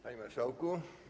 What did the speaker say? Panie Marszałku!